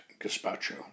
gazpacho